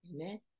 amen